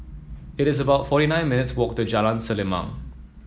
it is about forty nine minutes walk to Jalan Selimang